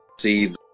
see